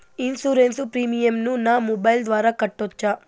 Insurance premium ను నా mobile ద్వారా కట్టొచ్చా?